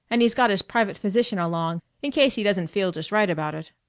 and he's got his private physician along in case he doesn't feel just right about it.